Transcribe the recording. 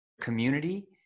community